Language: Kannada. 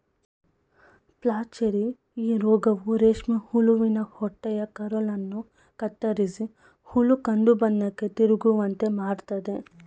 ಪ್ಲಾಚೆರಿ ಈ ರೋಗವು ರೇಷ್ಮೆ ಹುಳುವಿನ ಹೊಟ್ಟೆಯ ಕರುಳನ್ನು ಕತ್ತರಿಸಿ ಹುಳು ಕಂದುಬಣ್ಣಕ್ಕೆ ತಿರುಗುವಂತೆ ಮಾಡತ್ತದೆ